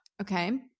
Okay